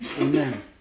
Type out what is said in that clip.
Amen